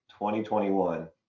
2021